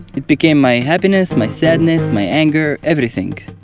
it became my happiness, my sadness, my anger, everything.